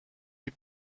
les